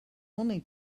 only